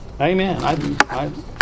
Amen